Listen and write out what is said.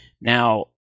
Now